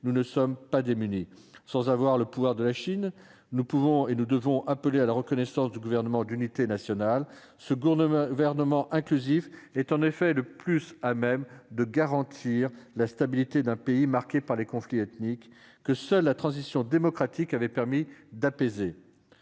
nous ne sommes pas démunis : sans avoir le poids de la Chine, nous pouvons et nous devons appeler à la reconnaissance du gouvernement d'unité nationale. Ce gouvernement inclusif est en effet le plus à même de garantir la stabilité d'un pays marqué par les conflits ethniques, que seule la transition démocratique avait permis d'apaiser.